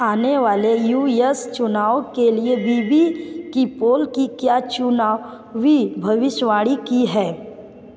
आने वाले U S चुनाव के लिए बी बी की पोल की क्या चुनावी भविष्यवाणी की है